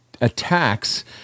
attacks